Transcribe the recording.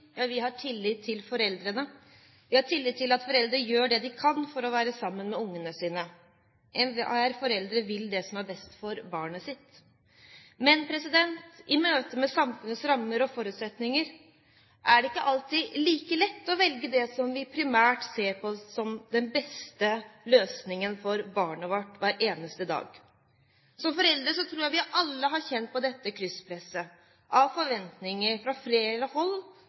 har tillit til foreldrene. Vi har tillit til at foreldre gjør det de kan for å være sammen med ungene sine. Enhver forelder vil det som er best for barnet sitt. Men i møte med samfunnets rammer og forutsetninger er det ikke alltid like lett å velge det vi primært ser som den beste løsningen for barnet vårt hver eneste dag. Som foreldre tror jeg vi alle har kjent på dette krysspresset av forventninger fra flere